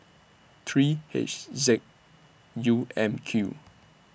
three H Z U M Q